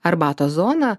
arbatos zoną